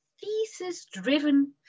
thesis-driven